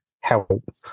help